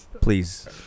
Please